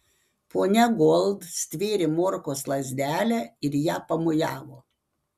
ponia gold stvėrė morkos lazdelę ir ja pamojavo